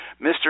Mr